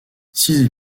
six